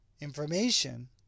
information